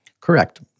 Correct